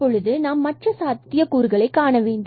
தற்பொழுது நாம் மற்ற சாத்தியக்கூறுகளை காணவேண்டும்